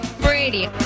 brady